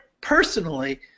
personally